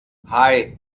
hei